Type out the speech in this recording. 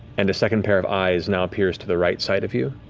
and a second pair of eyes now appears to the right side of you.